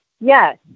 Yes